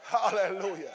Hallelujah